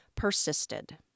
persisted